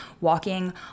walking